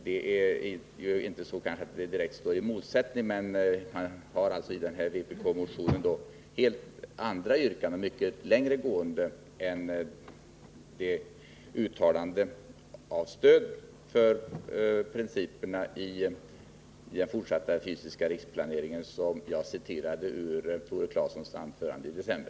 Det kanske inte är något direkt motsatsförhållande, men yrkandena i vpk-motionen är alltså helt andra och mycket längre gående än det uttalande om stöd för principerna i den fortsatta fysiska riksplaneringen som jag citerade från Tore Claesons anförande i december.